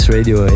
Radio